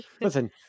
Listen